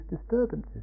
disturbances